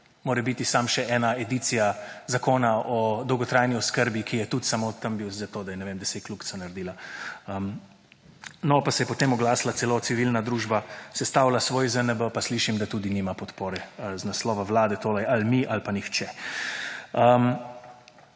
morebiti samo še ena edicija zakona o dolgotrajni oskrbi, ki je tudi samo tam bil zato, da, ne vem, da se je kljukica naredila. No, pa se je potem oglasila celo civilna družba, sestavila svoj ZNB, pa slišim, da tudi nima podpore z naslova vlade. Torej, ali mi ali pa nihče.